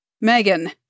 Megan